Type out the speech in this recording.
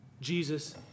Jesus